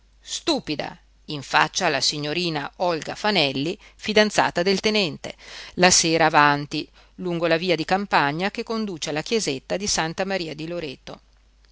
stupida in faccia alla signorina olga fanelli fidanzata del tenente la sera avanti lungo la via di campagna che conduce alla chiesetta di santa maria di loreto